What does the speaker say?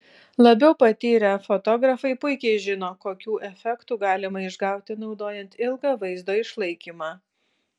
labiau patyrę fotografai puikiai žino kokių efektų galima išgauti naudojant ilgą vaizdo išlaikymą